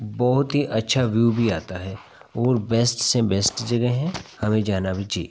बहुत ही अच्छा व्यू भी आता है और बेस्ट से बेस्ट जगह हैं हमें जाना भी चाहिए